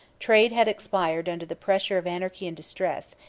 trade had expired under the pressure of anarchy and distress,